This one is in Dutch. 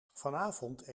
vanavond